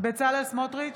בצלאל סמוטריץ'